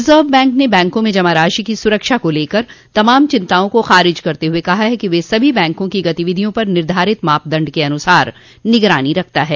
reserve bank ने बैंकों में जमा राशि की सुरक्षा को लेकर तमाम चिंताओं को खारिज करते हुए कहा है कि वह सभी बैंकों की गतिविधियों पर निर्धारित मापदंड के अनुसार निगरानी रखता है